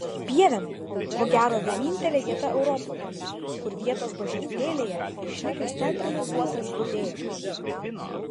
pievėnai ko gero vienintelė vieta europoje kur vietos bažnytėlėje išlikęs teatralizuotas budėjimas